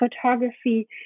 photography